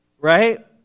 right